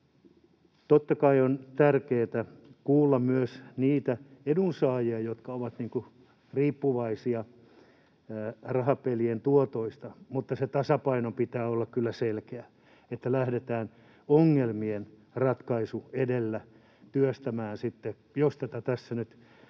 Totta kai on tärkeätä kuulla myös niitä edunsaajia, jotka ovat riippuvaisia rahapelien tuotoista, mutta sen tasapainon pitää olla kyllä selkeä, että lähdetään ongelmien ratkaisu edellä työstämään sitten, jos tätä tässä nyt